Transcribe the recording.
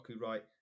right